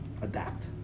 adapt